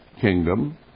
kingdom